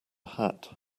hat